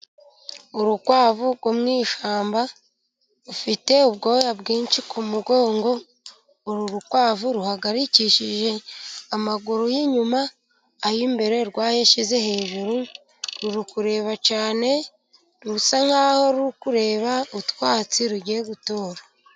Urukwavu rwo mwishyamba，rufite ubwoya bwinshi mu mugongo，uru rukwavu ruhagarikishije amaguru y'inyuma， ay'imbere rwayashyize hejuru， ruri kureba cyane，rusa nk’aho ruri kureba utwatsi rugiye gutora.